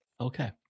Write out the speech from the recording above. Okay